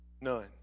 None